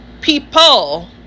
people